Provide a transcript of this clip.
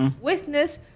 Witness